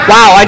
Wow